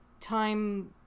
time